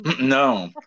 No